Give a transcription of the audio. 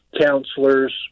counselors